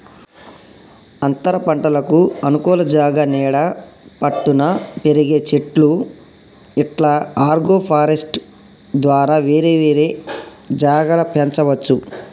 అంతరపంటలకు అనుకూల జాగా నీడ పట్టున పెరిగే చెట్లు ఇట్లా అగ్రోఫారెస్ట్య్ ద్వారా వేరే వేరే జాగల పెంచవచ్చు